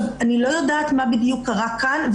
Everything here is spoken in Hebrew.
אני לא יודעת מה בדיוק קרה כאן.